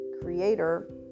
creator